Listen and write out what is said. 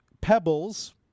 Pebbles